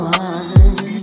one